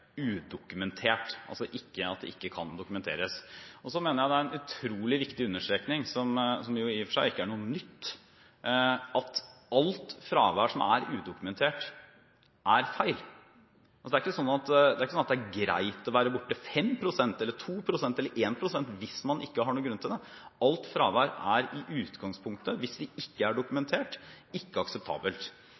udokumentert, altså at det ikke kan dokumenteres. Så mener jeg det er en utrolig viktig understrekning, som i og for seg ikke er noe nytt, at alt fravær som er udokumentert, er feil. Det er ikke sånn at det er greit å være borte 5 pst., eller 2 pst. eller 1 pst. hvis man ikke har noen grunn til det. Alt fravær er i utgangspunktet, hvis det ikke er dokumentert, ikke akseptabelt.